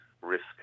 risk